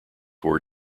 wore